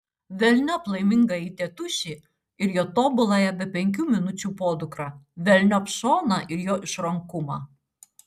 velniop laimingąjį tėtušį ir jo tobuląją be penkių minučių podukrą velniop šoną ir jo išrankumą